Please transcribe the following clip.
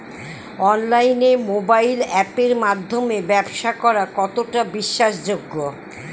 অনলাইনে মোবাইল আপের মাধ্যমে ব্যাবসা করা কতটা বিশ্বাসযোগ্য?